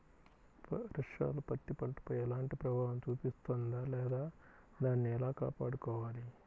వర్షాలు పత్తి పంటపై ఎలాంటి ప్రభావం చూపిస్తుంద లేదా దానిని ఎలా కాపాడుకోవాలి?